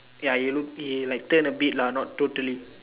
ya he look he like turn a bit lah not totally